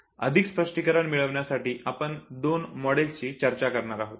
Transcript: यांचे अधिक स्पष्टीकरण मिळवण्यासाठी आपण दोन मॉडेलची चर्चा करणार आहोत